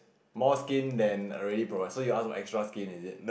more skin than already provided so you ask for extra skin is it